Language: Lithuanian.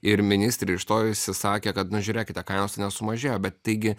ir ministrė ištojusi sakė kad nu žiūrėkite kainos nesumažėjo bet taigi